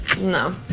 No